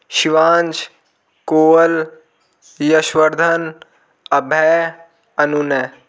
शिवांश कोयल यशवर्धन अभय अनुनय